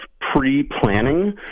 pre-planning